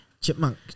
Chipmunk